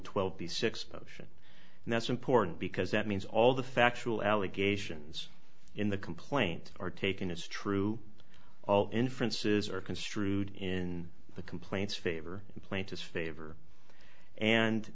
motion and that's important because that means all the factual allegations in the complaint are taken it's true all inferences are construed in the complaints favor plaintiff favor and